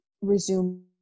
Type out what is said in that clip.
resume